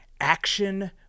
action